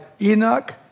Enoch